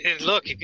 look